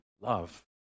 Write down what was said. love